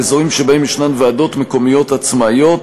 באזורים שבהם יש ועדות מקומיות עצמאיות,